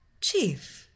Chief